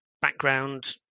background